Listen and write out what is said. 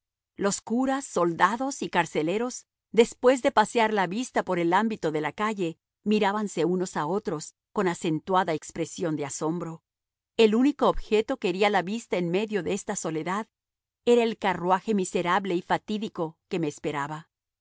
los curas soldados y carceleros después de pasear la vista por el ámbito de la calle mirábanse unos a otros con acentuada expresión de asombro el único objeto que hería la vista en medio de esta soledad era el carruaje miserable y fatídico que me esperaba